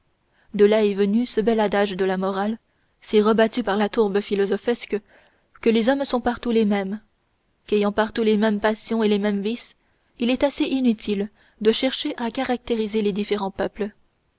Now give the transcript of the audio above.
de là est venu ce bel adage de morale si rebattu par la tourbe philosophesque que les hommes sont partout les mêmes qu'ayant partout les mêmes passions et les mêmes vices il est assez inutile de chercher à caractériser les différents peuples